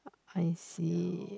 I see